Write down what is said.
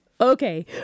okay